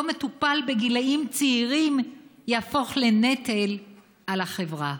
מטופל בגילים צעירים יהפוך לנטל על החברה?